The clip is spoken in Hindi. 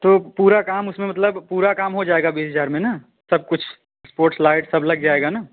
तो पूरा काम उसमें मतलब पूरा काम हो जाएगा बीस हज़ार में ना सब कुछ इस्पोर्ट्स लाइट सब लग जाएगा ना